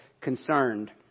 concerned